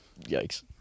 Yikes